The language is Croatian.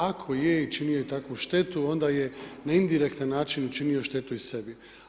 Ako je i činio je takvu štetu, onda je na indirektan način učinio štetu i sebi.